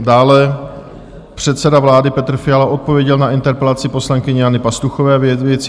Dále předseda vlády Petr Fiala odpověděl na interpelaci poslankyně Jany Pastuchové ve věci